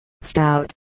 stout